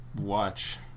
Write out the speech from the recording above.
watch